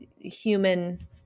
human